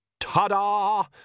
Tada